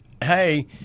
Hey